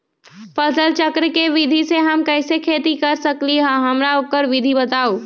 फसल चक्र के विधि से हम कैसे खेती कर सकलि ह हमरा ओकर विधि बताउ?